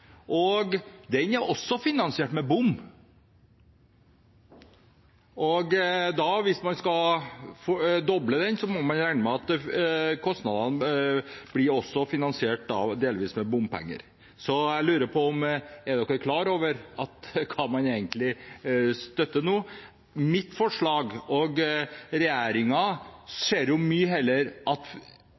Soknedal. Den ene tunnelen bygges nå, og den er også finansiert med bom. Hvis man skal doble den, må man regne med at kostnadene også blir delvis finansiert med bompenger. Jeg lurer på om de er klar over hva de egentlig støtter. Jeg og regjeringen ser mye heller at